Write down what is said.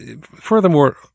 furthermore